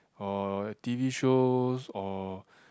or T_V shows or